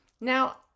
Now